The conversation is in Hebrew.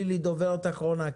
לילי הדוברת האחרונה.